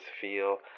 feel